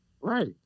Right